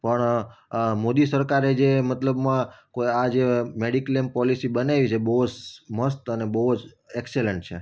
પણ આ મોદી સરકારે જે મતલબમાં કોઈ આજે મેડિક્લેમ પૉલિસી બનાવી છે બહુ સ મસ્ત અને બહુ જ એકસલન્ટ છે